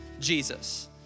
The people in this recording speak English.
Jesus